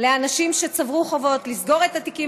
לאנשים שצברו חובות לסגור את התיקים